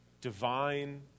divine